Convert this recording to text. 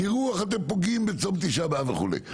תראו איך אתם פוגעים בצום תשעה באב וכו'.